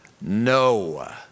no